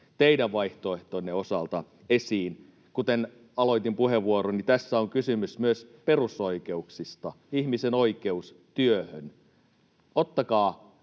teidän vaihtoehtonne osalta esiin? Kuten aloitin puheenvuoroni, tässä on kysymys myös perusoikeuksista, ihmisen oikeus työhön. Ottakaa